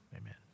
amen